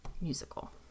musical